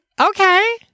okay